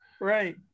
Right